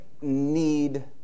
need